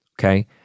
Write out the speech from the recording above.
Okay